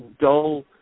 dull